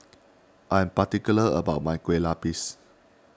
I am particular about my Kueh Lapis